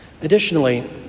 Additionally